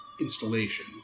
installation